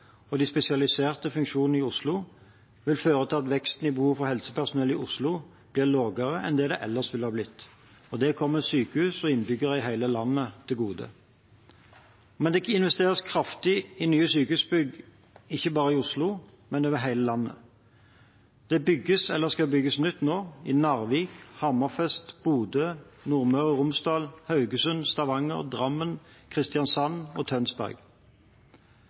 og de spesialiserte funksjonene i Oslo vil føre til at veksten i behovet for helsepersonell i Oslo blir mindre enn den ellers ville blitt. Det kommer sykehus og innbyggere i hele landet til gode. Men det investeres kraftig i nye sykehusbygg over hele landet, ikke bare i Oslo. Det bygges eller skal bygges nytt i Narvik, Hammerfest, Bodø, Nordmøre og Romsdal, Haugesund, Stavanger, Drammen, Kristiansand og Tønsberg.